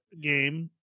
game